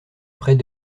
près